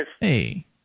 Hey